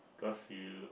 cause you